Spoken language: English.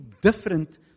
different